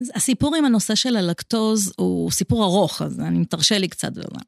הסיפור עם הנושא של הלקטוז הוא סיפור ארוך, אז אני אם תרשה לי קצת בבקשה...